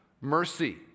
mercy